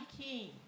king